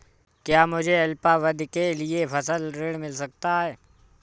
क्या मुझे अल्पावधि के लिए फसल ऋण मिल सकता है?